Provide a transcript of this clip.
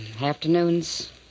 Afternoons